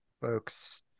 folks